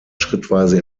schrittweise